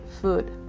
food